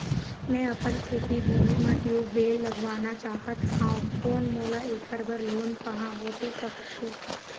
मैं अपन खेती भूमि म ट्यूबवेल लगवाना चाहत हाव, कोन मोला ऐकर बर लोन पाहां होथे सकत हे?